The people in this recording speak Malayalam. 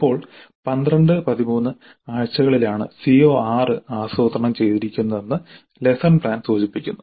ഇപ്പോൾ 12 13 ആഴ്ചകളിലാണ് CO6 ആസൂത്രണം ചെയ്തിരിക്കുന്നതെന്ന് ലെസ്സൺ പ്ലാൻ സൂചിപ്പിക്കുന്നു